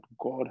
God